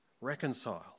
reconciled